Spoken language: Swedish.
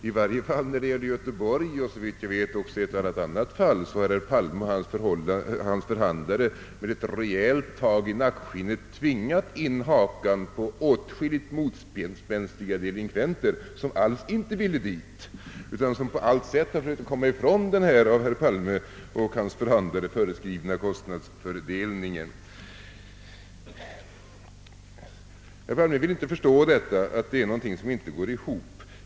I varje fall har herr Palme och hans förhandlare när det gäller Göteborg och, såvitt jag vet, också i något annat fall med ett rejält tag i nackskinnet tvingat in hakan på åtskilliga motspänstiga delinkventer, som alls inte ville dit utan som på allt sätt försökte komma ifrån den av herr Palme och hans förhandlare föreskrivna kostnadsfördelningen. Herr Palme vill inte förstå att det är någonting som inte går ihop.